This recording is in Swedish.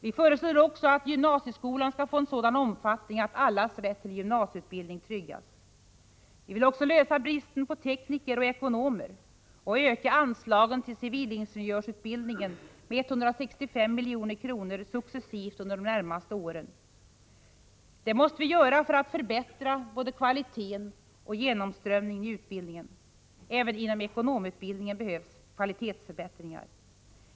Vi föreslår också att gymnasieskolan skall få en sådan omfattning att allas rätt till gymnasieutbildning kan tryggas. Vi vill också lösa bristen på tekniker och ekonomer och öka anslagen till civilingenjörsutbildningen med 165 milj.kr. successivt under de närmaste åren. Det måste vi göra för att förbättra både kvaliteten och genomströmningen i utbildningen. Också inom ekonomutbildningen behövs kvalitetsförbättringar.